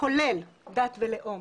כולל דת ולאום